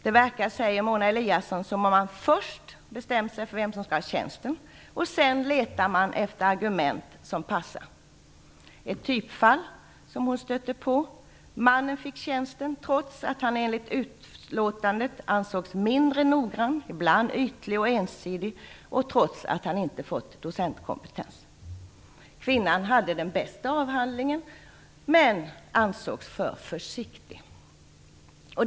Mona Eliasson säger att det verkar som om man först bestämmer sig för vem som skall ha tjänsten och att man sedan letar efter argument som passar. Ett typfall som hon stötte på var där en man fick tjänsten trots att han enligt utlåtandet ansågs mindre noggrann, ibland ytlig och ensidig och trots att han inte fått docentkompetens. Kvinnan hade den bästa avhandlingen men ansågs vara för försiktig.